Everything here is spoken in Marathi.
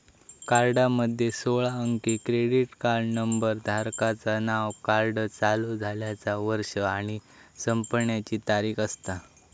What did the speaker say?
कार्डामध्ये सोळा अंकी क्रेडिट कार्ड नंबर, धारकाचा नाव, कार्ड चालू झाल्याचा वर्ष आणि संपण्याची तारीख असता